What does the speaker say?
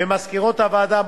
ומזכירות הוועדה,